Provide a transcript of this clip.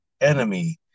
enemy